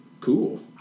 cool